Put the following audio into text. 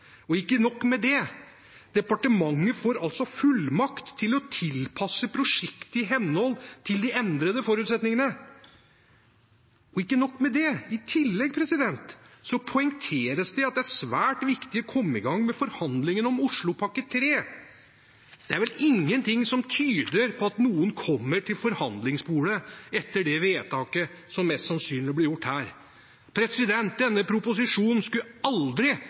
Og ikke nok med det – departementet får fullmakt til å tilpasse prosjektet i henhold til de endrede forutsetningene. I tillegg poengteres det at det er svært viktig å komme i gang med forhandlingene om Oslopakke 3. Det er vel ingen ting som tyder på at noen kommer til forhandlingsbordet etter det vedtaket som mest sannsynlig blir gjort her. Denne proposisjonen skulle aldri